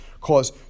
cause